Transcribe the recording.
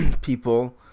people